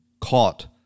caught